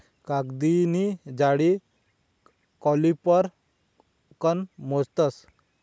कागदनी जाडी कॉलिपर कन मोजतस